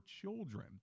children